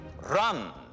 Run